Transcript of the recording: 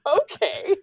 okay